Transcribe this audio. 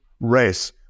race